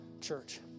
church